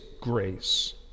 grace